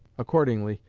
accordingly,